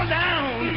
down